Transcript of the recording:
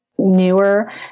Newer